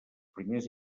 primers